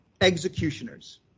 executioners